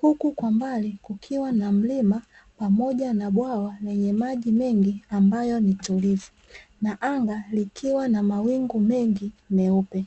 huku kwa mbali kukiwa na mlima pamoja na bwawa lenye maji mengi ambayo ni tulivu na anga likiwa na mawingu mengi meupe.